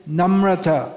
namrata